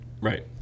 Right